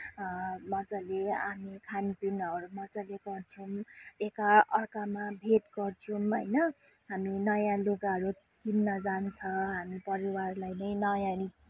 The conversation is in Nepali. मजाले हामी खानपिनहरू मज्जाले गर्छौँ एका अर्कामा भेट गर्छैँ होइन हामी नयाँ लुगाहरू किन्न जान्छ हामी परिवारलाई नै नयाँ